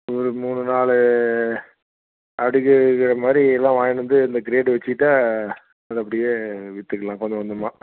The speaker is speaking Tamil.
ஒரு மூணு நாலு அடிக்கி வைக்கிற மாதிரி எல்லாம் வாங்கிட்டு வந்து இந்த கிரேடு வெச்சிக்கிட்டால் அது அப்படியே விற்றுக்கலாம் கொஞ்சம் கொஞ்சமாக